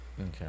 Okay